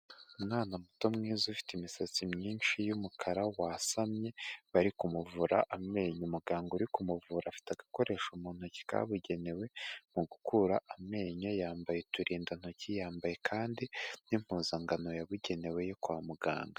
Umwana muto mwiza ufite imisatsi myinshi y'umukara wasamye, bari kumuvura ameny , umuganga uri kumuvura afite agakoresho mu ntoki kabugenewe mu gukura amenyo ,yambaye uturindantoki, yambaye kandi n'impuzangano yabugenewe yo kwa muganga.